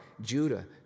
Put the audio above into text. Judah